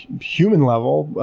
human level,